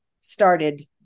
started